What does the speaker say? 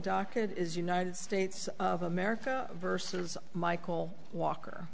docket is united states of america versus michael walker